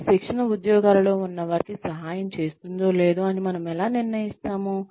ఈ శిక్షణ ఉద్యోగాలలో ఉన్నవారికి సహాయం చేస్తుందో లేదో అని మనము ఎలా నిర్ణయిస్తాము